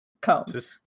Combs